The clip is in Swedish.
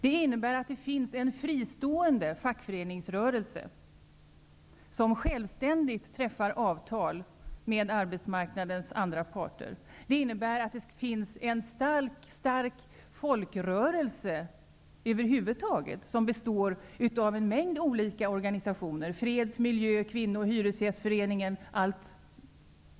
Det innebär att det finns en fristående fackföreningsrörelse som självständigt träffar avtal med arbetsmarknadens parter. Det innebär att det över huvud taget finns en stark folkrörelse som består av en mängd olika organisationer, t.ex. freds-, miljö och kvinnoorganisationer samt hyresgästföreningen.